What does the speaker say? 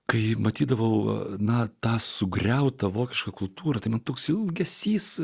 kai matydavau na tą sugriautą vokišką kultūrą tai toks ilgesys